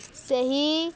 ସେହି